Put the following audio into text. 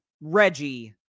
Reggie